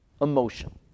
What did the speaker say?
emotion